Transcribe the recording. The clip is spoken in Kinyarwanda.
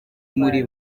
muri